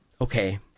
okay